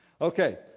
Okay